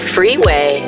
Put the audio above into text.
Freeway